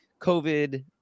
COVID